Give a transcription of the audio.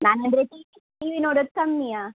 ನಾನಂದರೆ TV TV ನೋಡೋದು ಕಮ್ಮಿಯೆ